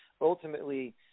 ultimately